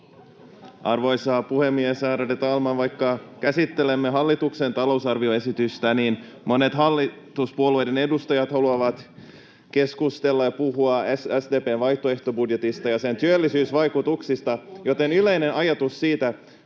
Arvoisa puhemies, ärade talman! Vaikka käsittelemme hallituksen talousarvioesitystä, monet hallituspuolueiden edustajat haluavat keskustella ja puhua SDP:n vaihtoehtobudjetista ja sen työllisyysvaikutuksista, joten yleinen ajatus siitä: